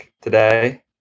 today